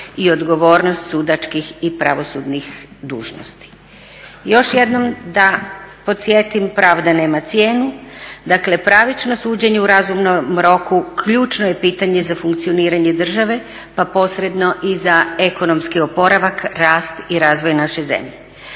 i odgovornost sudačkih i pravosudnih dužnosti. Još jednom da podsjetim, pravda nema cijenu, dakle pravično suđenje u razumnom roku ključno je pitanje za funkcioniranje države pa posredno i za ekonomski oporavak, rast i razvoj naše zemlje.